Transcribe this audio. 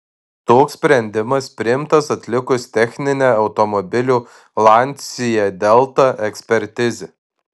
toks sprendimas priimtas atlikus techninę automobilio lancia delta ekspertizę